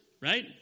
right